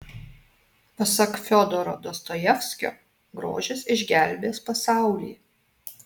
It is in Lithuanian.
pasak fiodoro dostojevskio grožis išgelbės pasaulį